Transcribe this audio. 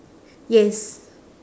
yes